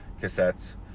cassettes